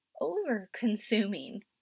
over-consuming